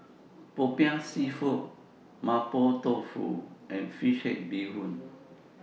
Popiah Seafood Mapo Tofu and Fish Head Bee Hoon